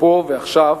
פה ועכשיו,